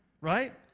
Right